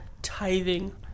tithing